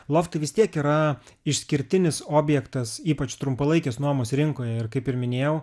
loftai vis tiek yra išskirtinis objektas ypač trumpalaikės nuomos rinkoje ir kaip ir minėjau